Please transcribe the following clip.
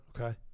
Okay